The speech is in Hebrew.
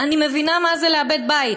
"אני מבינה מה זה לאבד בית.